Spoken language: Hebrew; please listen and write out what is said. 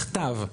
בכתב.